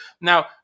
Now